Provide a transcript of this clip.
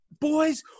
boys